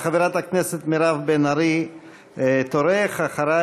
חבר הכנסת עבד אל חכים חאג'